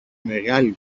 μεγάλη